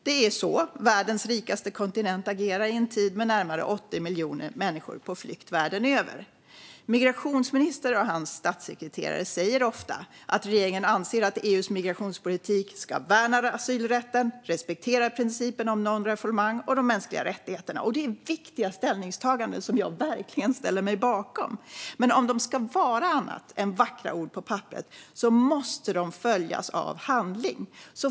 Det är så världens rikaste kontinent agerar i en tid med närmare 80 miljoner människor på flykt världen över. Migrationsministern och hans statssekreterare säger ofta att regeringen anser att EU:s migrationspolitik ska värna asylrätten och respektera principen om non-refoulement och de mänskliga rättigheterna. Det är viktiga ställningstaganden som jag verkligen ställer mig bakom, men om de ska vara annat än vackra ord på ett papper måste de följas av handling.